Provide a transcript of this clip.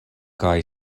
kaj